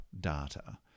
data